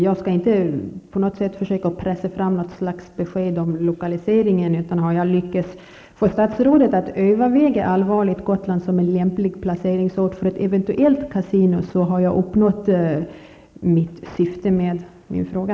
Jag skall inte på något sätt försöka pressa fram ett besked om lokaliseringen. Om jag har fått statsrådet att allvarligt överväga Gotland som en lämplig placeringsort för ett eventuellt kasino, har jag uppnått syftet med min fråga.